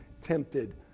tempted